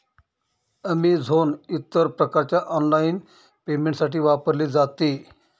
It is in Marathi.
अमेझोन इतर प्रकारच्या ऑनलाइन पेमेंटसाठी वापरले जाते